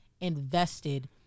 invested